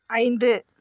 ஐந்து